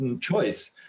choice